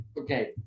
Okay